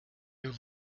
you